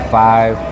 five